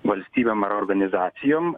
valstybėm ar organizacijom